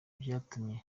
vyatumye